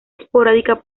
esporádica